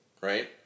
right